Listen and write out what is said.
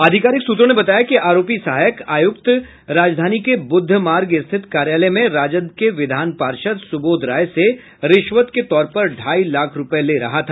आधिकारिक सूत्रों ने बताया कि आरोपी सहायक आयुक्त राजधानी के बुद्ध मार्ग स्थित कार्यालय में राजद के विधान पार्षद सुबोध राय से रिश्वत के तौर पर ढ़ाई लाख रुपये ले रहा था